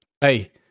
Hey